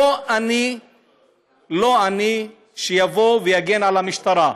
לא אני מי שיבוא ויגן על המשטרה,